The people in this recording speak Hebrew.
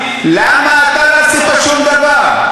למה אתה לא עשית שום דבר?